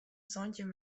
santjin